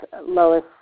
Lois